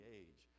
age